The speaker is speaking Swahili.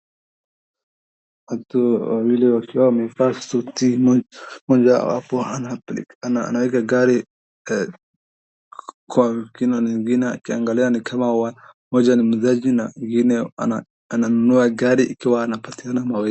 Watu wawili wakiwa wamevaa suti, mmoja hapo anaeka gari kwa kina mwingine akiangalia ni kama mmoja ni muuzaji na mwingine ananunua gari ikiwa anapatiana.